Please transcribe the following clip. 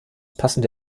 passende